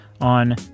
on